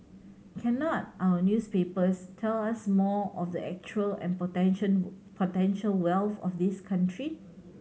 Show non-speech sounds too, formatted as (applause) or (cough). cannot our newspapers tell us more of the actual and potential (unintelligible) potential wealth of this country